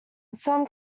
some